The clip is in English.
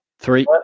Three